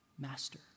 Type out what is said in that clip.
master